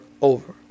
over